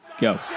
go